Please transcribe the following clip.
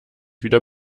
wieder